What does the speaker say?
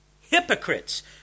hypocrites